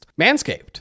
Manscaped